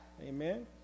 Amen